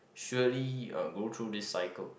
surely go through this cycle